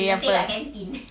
teh apa